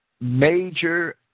major